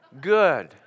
Good